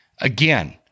again